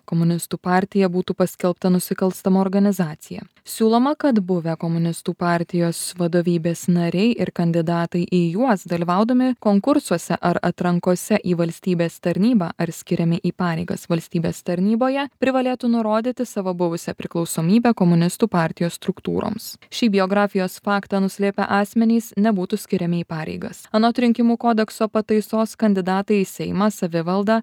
komunistų partija būtų paskelbta nusikalstama organizacija siūloma kad buvę komunistų partijos vadovybės nariai ir kandidatai į juos dalyvaudami konkursuose ar atrankose į valstybės tarnybą ar skiriami į pareigas valstybės tarnyboje privalėtų nurodyti savo buvusią priklausomybę komunistų partijos struktūroms šį biografijos faktą nuslėpę asmenys nebūtų skiriami į pareigas anot rinkimų kodekso pataisos kandidatai į seimą savivaldą